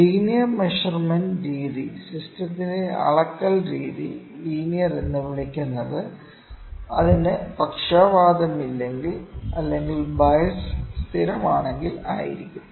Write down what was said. linear measurement രീതി സിസ്റ്റത്തിന്റെ അളക്കൽ രീതി ലീനിയർ എന്ന് വിളിക്കുന്നത് അതിന് പക്ഷപാതമില്ലെങ്കിൽ അല്ലെങ്കിൽ ബയസ് സ്ഥിരമാണെങ്കിൽ ആയിരിക്കും